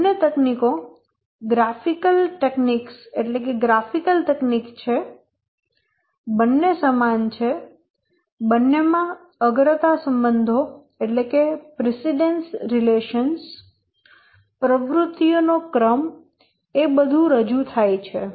બંને તકનીકો ગ્રાફિકલ તકનીક છે બંને સમાન છે બંને માં અગ્રતા સંબંધો પ્રવૃત્તિઓનો ક્રમ એ બધુ રજૂ થાય છે